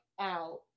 out